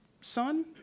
son